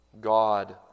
God